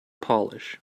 polish